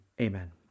amen